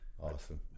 Awesome